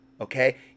Okay